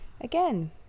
Again